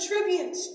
tribute